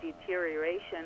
deterioration